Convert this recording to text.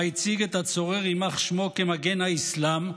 ובה הציג את הצורר, יימח שמו, כמגן האסלאם,